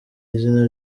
izina